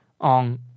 on